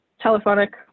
telephonic